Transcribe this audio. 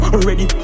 Already